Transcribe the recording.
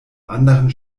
anderen